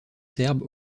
serbe